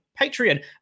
Patreon